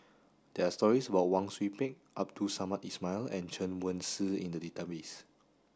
there are stories about Wang Sui Pick Abdul Samad Ismail and Chen Wen Hsi in the database